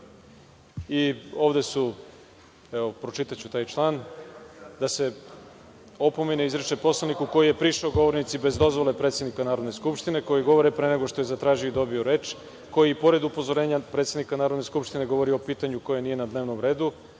poslaniku. Evo, pročitaću taj član, da se opomene izriče poslaniku koji je prišao govornici bez dozvole predsedniku Narodne skupštine, koji govore pre nego što je zatražio i dobio reč, koji pored upozorenja predsednika Narodne skupštine ne govori o pitanju koje nije na dnevnom redu,